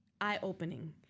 eye-opening